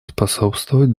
способствовать